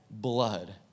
blood